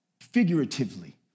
figuratively